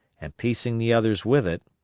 and piecing the others with it,